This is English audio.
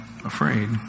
Afraid